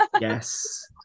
Yes